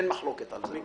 אין מחלוקת על זה.